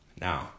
Now